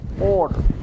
order